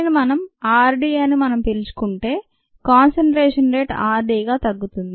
rateofdecreaseinconcentration∝xv రేటర్డ్ అని మనం పిలుచుకుంటే కాన్సంట్రేషన్ రేట్ rd గా తగ్గుతుంది